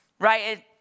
right